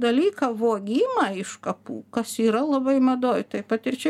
dalyką vogimą iš kapų kas yra labai madoj taip pat ir čia